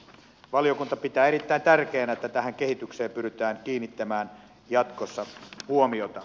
valiokunta pitää erittäin tärkeänä että tähän kehitykseen pyritään kiinnittämään jatkossa huomiota